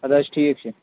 اَدٕ حظ ٹھیٖک چھُ